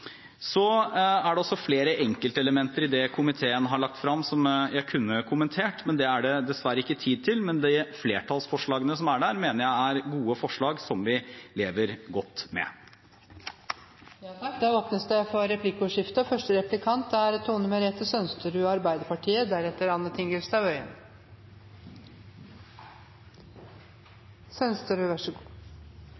Det er også flere enkeltelementer i det komiteen har lagt frem, som jeg kunne kommentert. Det er det dessverre ikke tid til, men flertallsforslagene i innstillingen mener jeg er gode forslag, som vi lever godt med. Det blir replikkordskifte. Fagskolestudentene har med rette vært opptatt av anerkjennelse og